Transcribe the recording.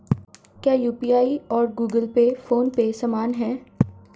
क्या यू.पी.आई और Google Pay PhonePe समान हैं?